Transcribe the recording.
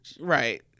Right